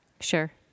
Sure